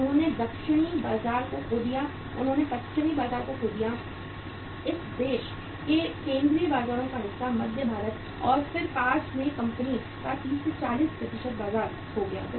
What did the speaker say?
उन्होंने दक्षिणी बाजार को खो दिया उन्होंने पश्चिमी बाजार को खो दिया इस देश के केंद्रीय बाजारों का हिस्सा मध्य भारत और फिर पास में कंपनी का 30 40 बाजार खो गया है